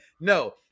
no